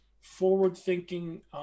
forward-thinking